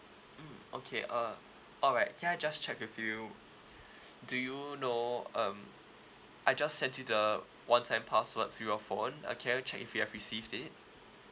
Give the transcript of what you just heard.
mm okay uh alright can I just check with you do you know um I just sent you the one time password through your phone uh can you check if you have received it